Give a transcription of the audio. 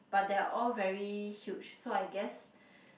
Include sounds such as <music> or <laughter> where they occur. but they are all very huge so I guess <breath>